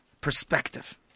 perspective